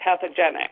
pathogenic